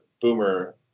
Boomer